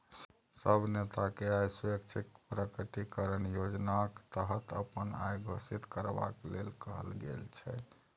सब नेताकेँ आय स्वैच्छिक प्रकटीकरण योजनाक तहत अपन आइ घोषित करबाक लेल कहल गेल छै